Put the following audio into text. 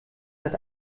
hat